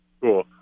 cool